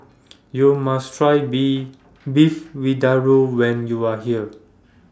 YOU must Try Bee Beef Vindaloo when YOU Are here